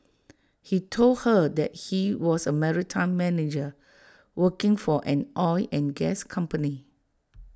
he told her that he was A maritime manger working for an oil and gas company